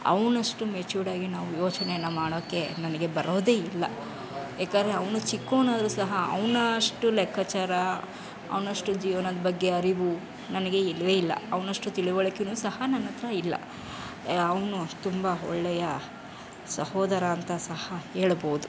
ಅವನಷ್ಟು ಮೆಚೂರ್ಡಾಗಿ ನಾವು ಯೋಚನೆನ ಮಾಡೋಕೆ ನನಗೆ ಬರೋದೇ ಇಲ್ಲ ಏಕೆಂದ್ರೆ ಅವನು ಚಿಕ್ಕವನಾದರೂ ಸಹ ಅವನಷ್ಟು ಲೆಕ್ಕಚಾರ ಅವನಷ್ಟು ಜೀವ್ನದ ಬಗ್ಗೆ ಅರಿವು ನನಗೆ ಇಲ್ವೇ ಇಲ್ಲ ಅವನಷ್ಟು ತಿಳುವಳಿಕೆಯೂ ಸಹ ನನ್ನ ಹತ್ರ ಇಲ್ಲ ಅವನು ತುಂಬ ಒಳ್ಳೆಯ ಸಹೋದರ ಅಂತ ಸಹ ಹೇಳಬಹುದು